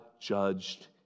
judged